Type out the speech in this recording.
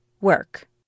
work